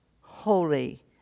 holy